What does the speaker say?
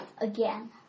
again